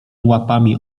łapami